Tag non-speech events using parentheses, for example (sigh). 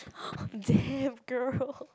(breath) damn girl